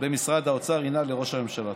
במשרד האוצר היא לראש הממשלה.